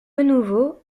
nouveau